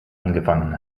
angefangen